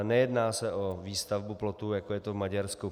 Nejedná se o výstavbu plotů, jako je to v Maďarsku.